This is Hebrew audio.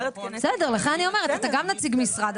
בסוף אתה לא שר, אתה גם נציג משרד.